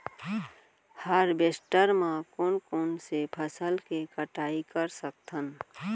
Harvester म कोन कोन से फसल के कटाई कर सकथन?